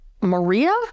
Maria